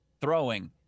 throwing